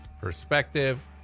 perspective